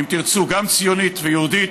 ואם תרצו, גם ציונית ויהודית,